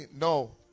no